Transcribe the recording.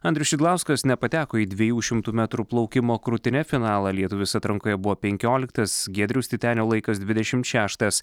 andrius šidlauskas nepateko į dviejų šimtų metrų plaukimo krūtine finalą lietuvis atrankoje buvo penkioliktas giedriaus titenio laikas dvidešim šeštas